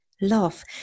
love